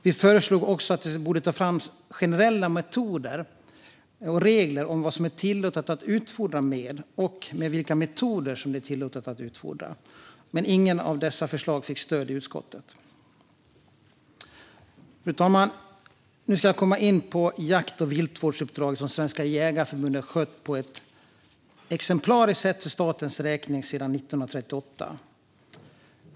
Vi har också föreslagit att det borde tas fram generella regler om vad som är tillåtet att utfodra med och med vilka metoder det är tillåtet att utfodra. Men inget av dessa förslag har fått stöd i utskottet. Fru talman! Nu skulle jag vilja komma in på jakt och viltvårdsuppdraget som Svenska Jägareförbundet har skött på ett exemplariskt sätt för statens räkning sedan 1938.